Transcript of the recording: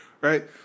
right